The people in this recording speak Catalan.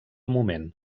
moment